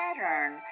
pattern